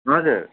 हजुर